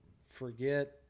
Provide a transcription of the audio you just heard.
forget